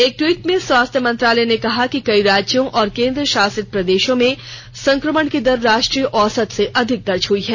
एक ट्वीट में स्वास्थ्य मंत्रालय ने कहा कि कई राज्यों और केन्द्रस शासित प्रदेशों में संक्रमण की दर राष्ट्रीय औसत से अधिक दर्ज हई है